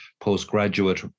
postgraduate